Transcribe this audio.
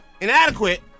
inadequate